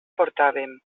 portàvem